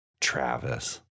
Travis